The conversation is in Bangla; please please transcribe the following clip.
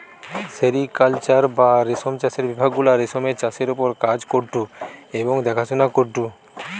সেরিকালচার বা রেশম চাষের বিভাগ গুলা রেশমের চাষের ওপর কাজ করঢু এবং দেখাশোনা করঢু